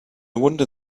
wonder